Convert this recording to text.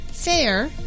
Fair